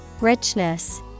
Richness